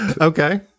Okay